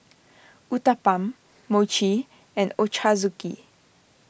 Uthapam Mochi and Ochazuke